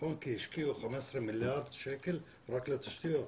הצפון כי השקיעו 15 מיליארד שקל רק לתשתיות,